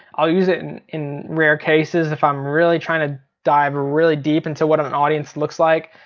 i'll use it and in rare cases if i'm really trying to dive really deep into what an audience looks like.